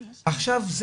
עכשיו,